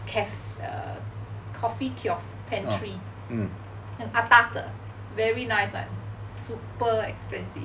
cafe~ coffee kiosk pantry 很 atas 的 very nice like super expensive